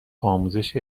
آموزش